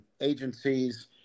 agencies